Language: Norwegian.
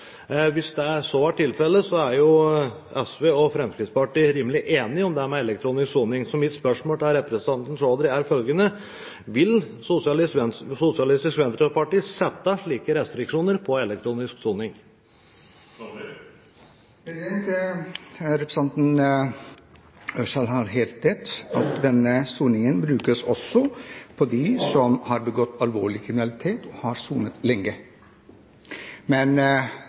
Hvis så er tilfellet, er jo SV og Fremskrittspartiet rimelig enige om dette med elektronisk soning. Så mitt spørsmål til representanten Chaudhry er følgende: Vil SV sette slike restriksjoner på elektronisk soning? Representanten Ørsal Johansen har helt rett. Denne soningen brukes også overfor dem som har begått alvorlig kriminalitet, og som har sonet lenge. Men